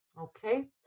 Okay